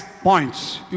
points